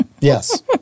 Yes